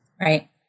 Right